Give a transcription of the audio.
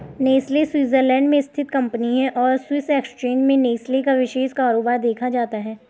Nestle Switzerland में स्थित company है और स्विस एक्सचेंज में नेस्ले का विशेष कारोबार देखा जाता है